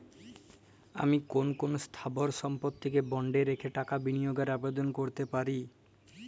আমি কোন কোন স্থাবর সম্পত্তিকে বন্ডে রেখে টাকা বিনিয়োগের আবেদন করতে পারি?